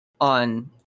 on